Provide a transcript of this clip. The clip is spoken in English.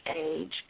age